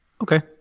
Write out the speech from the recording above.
Okay